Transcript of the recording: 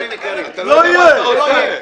חברים יקרים, לא "לא יהיה".